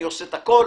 אני עושה הכול,